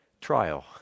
trial